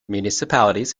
municipalities